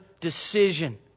decision